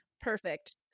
Perfect